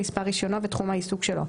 מספר רישיונו ותחום העיסוק שלו,